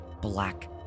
black